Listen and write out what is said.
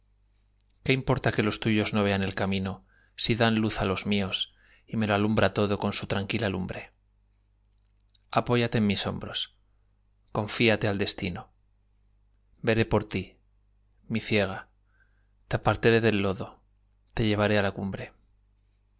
qué importa que los tuyos no vean el camino si dan luz á los míos y me lo alumbran todo con su tranquila lumbre apóyate en mis hombros confíate al destino veré por tí mi ciega te apartaré del lodo te llevaré á la cumbre